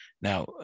Now